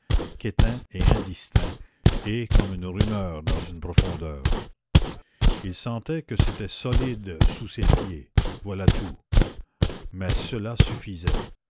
qu'éteint et indistinct et comme une rumeur dans une profondeur il sentait que c'était solide sous ses pieds voilà tout mais cela suffisait